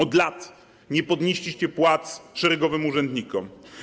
Od lat nie podnieśliście płac szeregowym urzędnikom.